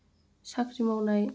साख्रि मावनाय